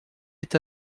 est